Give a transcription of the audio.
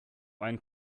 einen